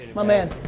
my man,